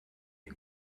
you